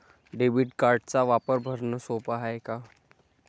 Debit कार्डचा वापर भरनं सोप हाय का?